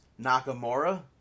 nakamura